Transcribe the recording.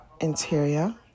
interior